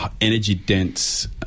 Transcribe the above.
energy-dense